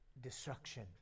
destruction